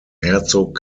herzog